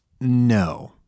No